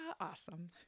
Awesome